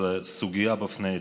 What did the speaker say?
זו סוגיה בפני עצמה.